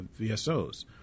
VSOs